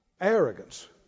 Arrogance